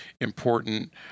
important